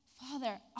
Father